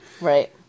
Right